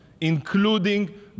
including